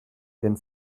denn